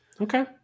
Okay